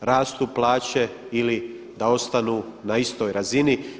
rastu plaće ili da ostanu na istoj razini.